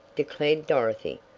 declared dorothy.